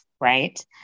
right